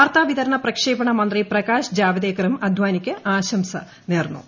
വാർത്താവിതരണ പ്രക്ഷേപണ മന്ത്രി പ്രകാശ് ജാവദേക്കറും അദ്വാനിക്ക് ജന്മദിനാശംസ നേർന്നു